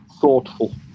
thoughtful